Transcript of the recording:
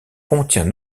contient